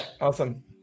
Awesome